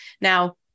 Now